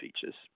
features